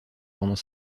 pendant